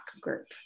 group